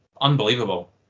unbelievable